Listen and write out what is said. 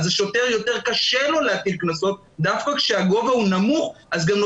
לשוטר יותר קשה להטיל קנסות ודווקא כאשר הסכום נמוך יותר,